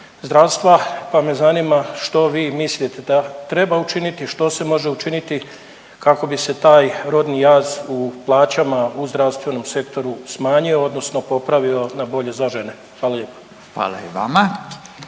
zdravstva. Pa me zanima što vi mislite da treba učiniti, što se može učiniti kako bi se taj rodni jaz u plaćama u zdravstvenom sektoru smanjio odnosno popravio na bolje za žene? Hvala lijepa. **Radin,